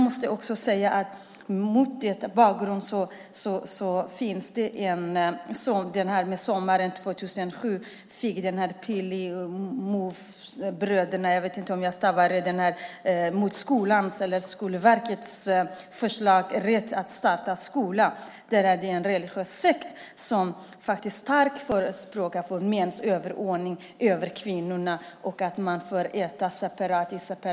Vi har exemplet under sommaren 2007 då Plymouthbröderna - mot Skolverkets förslag - fick rätt att starta skola. Det är en religiös sekt som starkt förespråkar mäns överordning över kvinnorna. De äter i separata rum.